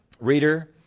Reader